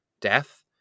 death